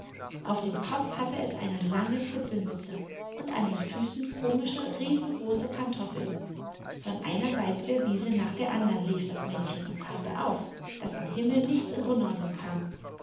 auf dem kopf hatte es eine lange zipfelmütze und an den füßen komische riesengroße pantoffeln von einer seite der wiese nach der andern lief das männchen und paßte auf daß am himmel nichts in unordnung kam